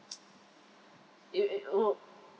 it it uh